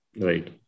Right